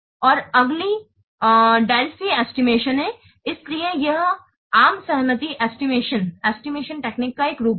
और अगला Delphi estimation Delphi Estimation है इसलिए यह आम सहमति एस्टिमेशन तकनीक का एक रूप है